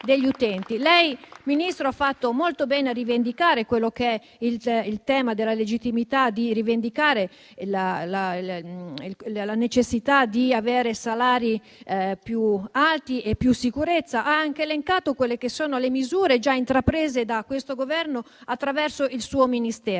Lei, Ministro, ha fatto molto bene a rivendicare il tema della legittimità e la necessità di avere salari più alti e una maggiore sicurezza. Ha anche elencato quelle che sono le misure già intraprese da questo Governo attraverso il suo Ministero.